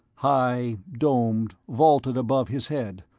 high, domed, vaulted above his head,